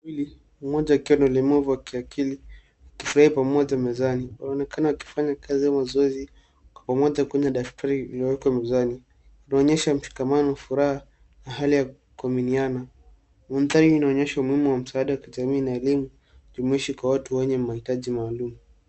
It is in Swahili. Watu wawili, mmoja akiwa na ulemavu wa kiakili, wakifurahia pamoja mezani. Waonekana wakifanya kazi ya mazoezi, kwa umoja kwenye daftari lililoekwa mezani. Laonyesha mshikamano, furaha na hali ya kuaminiana. Mandhari inaonyeshwa umuhimu wa msaada katika jamii na elimu jumuishi kwa watu wenye mahitaji maalumu.